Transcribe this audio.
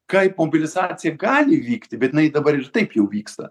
kaip mobilizacija gali įvykti bet jinai dabar ir taip jau vyksta